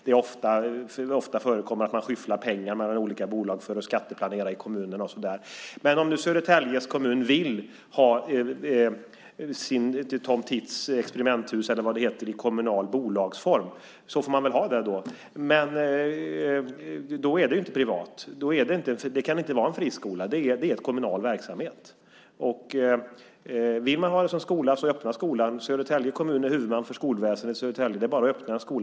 Det förekommer ofta att kommunerna skyfflar pengarna mellan olika bolag för att skatteplanera. Om Södertälje kommun nu vill ha Tom Tits experimenthus, eller vad det heter, i kommunal bolagsform så får man väl ha det, men då är det ju inte privat. Då kan det inte vara en friskola. Det är en kommunal verksamhet. Vill de ha den som skola, så öppna skolan! Södertälje kommun är huvudman för skolväsendet i Södertälje så det är bara att öppna en skola.